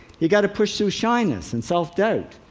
you've got to push through shyness and self-doubt.